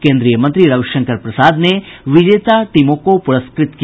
केंद्रीय मंत्री रविशंकर प्रसाद ने विजेता टीमों को पुरस्कृत किया